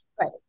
Right